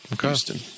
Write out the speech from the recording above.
Houston